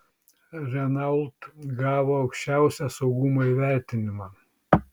renault gavo aukščiausią saugumo įvertinimą